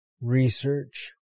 research